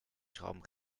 schrauben